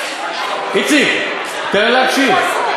איציק, תן לה להקשיב.